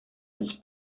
its